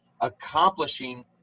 accomplishing